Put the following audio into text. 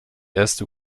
erste